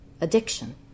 addiction